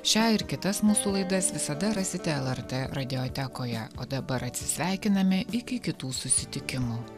šią ir kitas mūsų laidas visada rasite lrt radiotekoje o dabar atsisveikiname iki kitų susitikimų